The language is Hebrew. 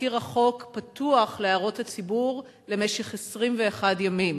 תזכיר החוק פתוח להערות הציבור למשך 21 ימים,